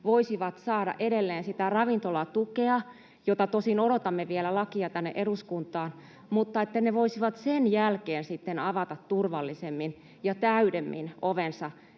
voisivat saada edelleen sitä ravintolatukea [Mika Niikon välihuuto] — jota lakia tosin odotamme vielä tänne eduskuntaan — ja ne voisivat sen jälkeen sitten avata turvallisemmin ja täydemmin ovensa